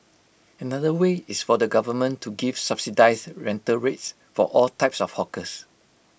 another way is for the government to give subsidised rental rates for all types of hawkers